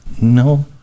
no